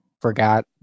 forgot